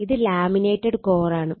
ഇത് ലാമിനേറ്റഡ് കോറാണ്